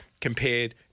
compared